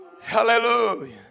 hallelujah